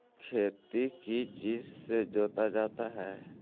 खेती किस चीज से जोता जाता है?